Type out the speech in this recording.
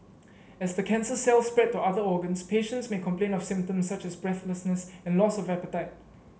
as the cancer cells spread to other organs patients may complain of symptoms such as breathlessness and loss of appetite